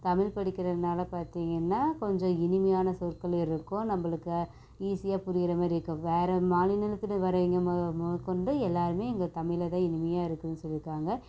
தமிழ் படிக்கிறதனால பார்த்திங்கன்னா கொஞ்சம் இனிமையான சொற்கள் இருக்கும் நம்மளுக்கு ஈஸியாக புரிகிற மாதிரி இருக்கும் வேற மாநிலத்தில் வேற எங்கே முத கொண்டு எல்லாருமே எங்கள் தமிழை தான் இனிமையாக இருக்குதுனு சொல்லியிருக்காங்க